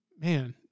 Man